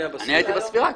אני הייתי בספירה.